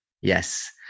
Yes